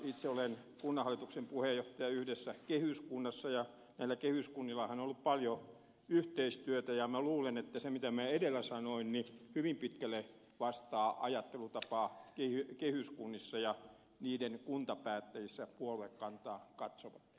itse olen kunnanhallituksen puheenjohtaja yhdessä kehyskunnassa ja näillä kehyskunnillahan on ollut paljon yhteistyötä ja minä luulen että se mitä minä edellä sanoin hyvin pitkälle vastaa ajattelutapaa kehyskunnissa ja niiden kuntapäättäjissä puoluekantaan katsomatta